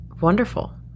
wonderful